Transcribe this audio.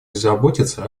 безработицы